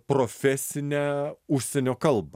profesinę užsienio kalbą